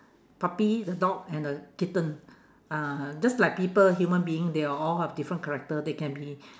puppy the dog and a kitten uh just like people human being they are all have different character they can be